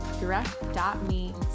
direct.me